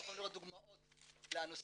אתם יכולים לראות דוגמאות לנושאים